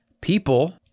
People